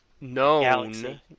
known